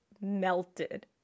melted